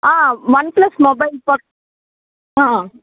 one plus mobile